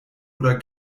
oder